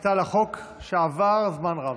שחיכתה לחוק שעבר זמן רב.